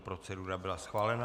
Procedura byla schválena.